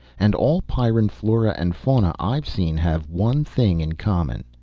and all pyrran flora and fauna i've seen have one thing in common.